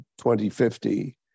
2050